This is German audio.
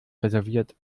reserviert